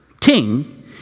king